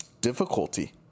difficulty